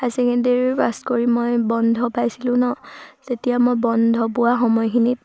হাই secondary pass কৰি মই বন্ধ পাইছিলোঁ ন যেতিয়া মই বন্ধ পোৱা সময়খিনিত